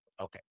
Okay